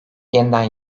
yeniden